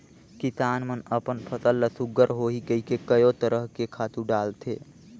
किसान मन अपन फसल ल सुग्घर होही कहिके कयो तरह के खातू डालथे